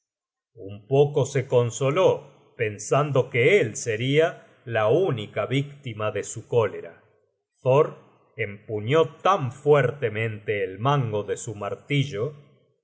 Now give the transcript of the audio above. un poco se consoló pensando que él seria la única víctima de su cólera thor empuñó tan fuertemente el mango de su martillo